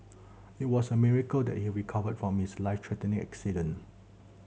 it was a miracle that he recovered from his life threatening accident